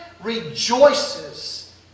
rejoices